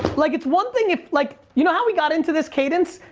like it's one thing, if, like, you know how we got into this cadence,